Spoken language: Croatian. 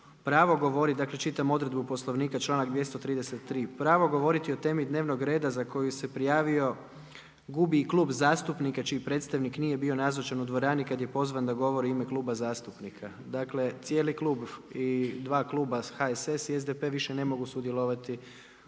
pravo govoriti, dakle čitam odredbu Poslovnika članak 233. „Pravo govoriti o temi dnevnog rada za koju se prijavio gubi i klub zastupnika čiji predstavnik nije bio nazočan u dvorani kada je pozvan da govori u ime kluba zastupnika“. Dakle cijeli klub i dva kluba HSS i SDP više ne mogu sudjelovati